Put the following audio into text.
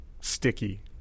sticky